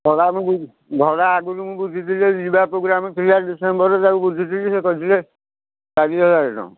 ଭଡ଼ା ମୁଁ ବୁଝ ଭଡ଼ା ଆଗରୁ ମୁଁ ବୁଝିଥିଲି ଯେ ଯିବା ପ୍ରୋଗ୍ରାମ୍ ଥିଲା ଡିସେମ୍ବରରେ ତାକୁ ବୁଝିଥିଲି ସିଏ କହିଥିଲେ ଚାରିହଜାର ଟଙ୍କା